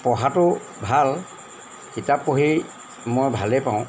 পঢ়াটো ভাল কিতাপ পঢ়ি মই ভালেই পাওঁ